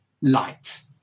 light